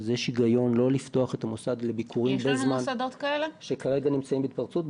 אז יש היגיון לא לפתוח את המוסד לביקורים בזמן שכרגע נמצאים בהתפרצות.